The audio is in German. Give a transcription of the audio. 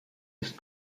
ist